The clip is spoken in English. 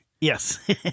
Yes